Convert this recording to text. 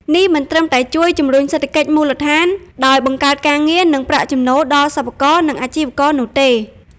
នេះមិនត្រឹមតែជួយ ជំរុញសេដ្ឋកិច្ចមូលដ្ឋាន ដោយបង្កើតការងារ និងប្រាក់ចំណូលដល់សិប្បករ និងអាជីវករនោះទេ។